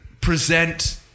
present